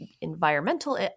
environmental